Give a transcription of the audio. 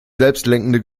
selbstlenkende